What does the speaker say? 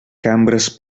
cambres